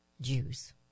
Jews